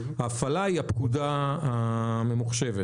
ההפעלה היא הפקודה הממוחשבת.